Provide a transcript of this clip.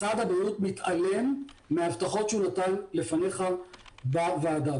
משרד הבריאות מתעלם מההבטחות שהוא נתן לפניך בוועדה,